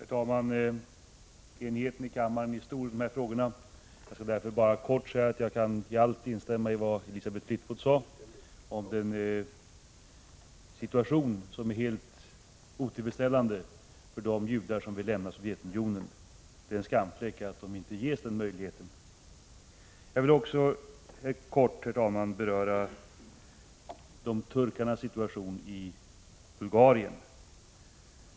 figgor mim: Herr talman! Enigheten i kammaren är stor i dessa frågor. Jag skall därför bara kort säga att jag kan i allt instämma i vad Elisabeth Fleetwood sade om den helt otillfredsställande situationen för de judar som vill lämna Sovjet unionen. Det är en skamfläck att de inte ges möjlighet att göra det. Jag vill också helt kort, herr talman, beröra turkarnas situation i Bulgarien.